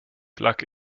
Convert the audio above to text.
plug